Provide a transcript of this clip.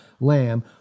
lamb